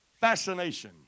fascination